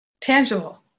tangible